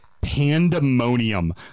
Pandemonium